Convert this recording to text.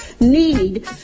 need